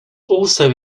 also